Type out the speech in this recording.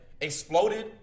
Exploded